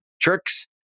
tricks